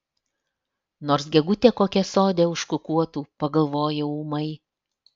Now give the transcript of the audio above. nors gegutė kokia sode užkukuotų pagalvojau ūmai